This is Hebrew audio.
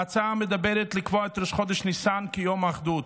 ההצעה מדברת על קביעת ראש חודש סיוון כיום אחדות.